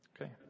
Okay